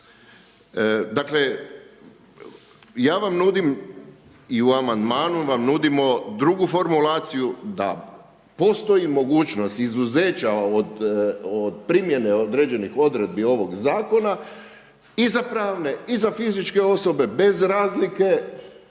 Dakle, ja vam nudim i u amandmanu vam nudimo drugu formulaciju da postoji mogućnost izuzeća od primjene određenih odredbi ovoga Zakona i za pravne i za fizičke osobe bez razlike